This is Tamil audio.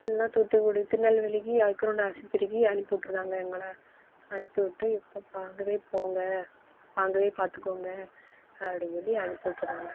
இல்லைன்னா தூத்துக்குடி திருநெல்வேலிக்கு ஐக்ரௌண்டு ஆஸ்பத்திரிக்கு அனுப்பிவுட்டுருதாங்க எங்களை அனுப்பிவுட்டு இப்போ பா அங்கவே போங்க அங்கவே பார்த்துக்கோங்க அப்படினு சொல்லி அனுப்பிவுட்டுருதாங்க